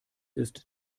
ist